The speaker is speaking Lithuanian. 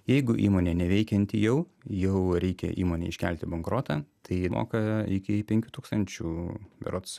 jeigu įmonė neveikianti jau jau reikia įmonei iškelti bankrotą tai ji moka iki penkių tūkstančių berods